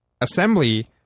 assembly